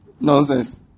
Nonsense